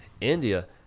India